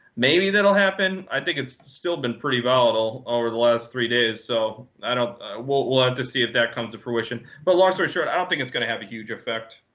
maybe that'll happen. i think it's still been pretty volatile over the last three days. so i don't we'll have ah to see if that comes to fruition. but long story short, i don't think it's going to have a huge effect.